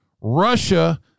Russia